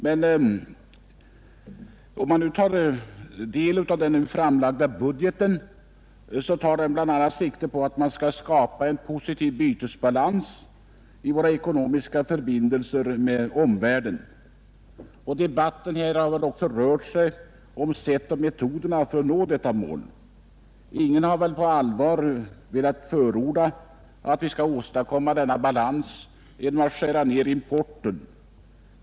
Den nu framlagda budgeten tar bl.a. sikte på att skapa en positiv bytesbalans i våra ekonomiska förbindelser med omvärlden. Debatten här i riksdagen har rört sig om sättet och metoderna att nå detta mål. Ingen talare har på allvar velat förorda att målet skall uppnås genom en nedskärning av importen.